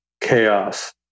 chaos